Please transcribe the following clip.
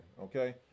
Okay